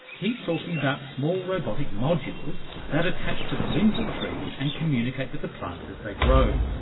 he's talking about small robotic modules that attach to the limbs of trees and communicate with the plants as they grow,